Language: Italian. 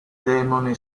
demone